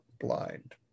blind